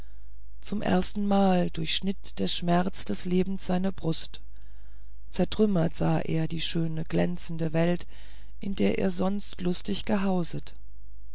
zum erstenmal durchschnitt der schmerz des lebens seine brust zertrümmert sah er die schöne glänzende welt in der er sonst lustig gehauset